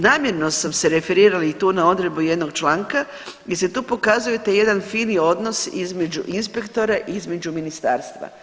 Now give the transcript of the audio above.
Namjerno sam se referirala i tu na odredbu jednog članka gdje se tu pokazuju taj jedan fini odnos između inspektora i između ministarstva.